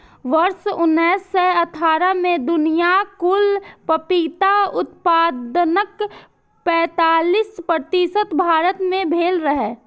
वर्ष उन्नैस सय अट्ठारह मे दुनियाक कुल पपीता उत्पादनक पैंतालीस प्रतिशत भारत मे भेल रहै